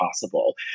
possible